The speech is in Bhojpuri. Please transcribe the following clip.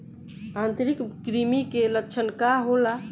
आंतरिक कृमि के लक्षण का होला?